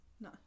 no